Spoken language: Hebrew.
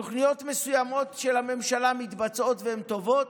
תוכניות מסוימות של הממשלה מתבצעות והן טובות,